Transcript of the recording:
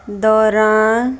ਦੌਰਾਨ